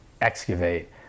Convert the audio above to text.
excavate